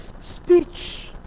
speech